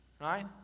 Right